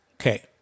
Okay